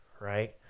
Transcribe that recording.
right